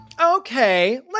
okay